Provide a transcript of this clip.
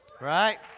right